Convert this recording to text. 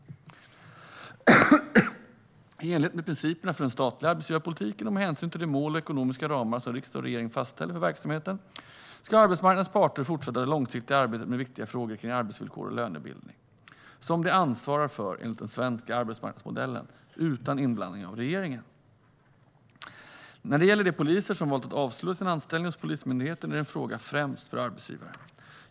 I enlighet med principerna för den statliga arbetsgivarpolitiken och med hänsyn till de mål och ekonomiska ramar som riksdag och regering fastställer för verksamheten ska arbetsmarknadens parter fortsätta det långsiktiga arbetet med viktiga frågor kring arbetsvillkor och lönebildning, som de ansvarar för enligt den svenska arbetsmarknadsmodellen, utan inblandning av regeringen. När det gäller de poliser som valt att avsluta sin anställning hos Polismyndigheten är det en fråga främst för arbetsgivaren.